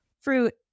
fruit